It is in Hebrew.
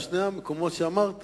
שני המקומות שאמרת,